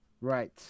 right